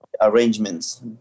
arrangements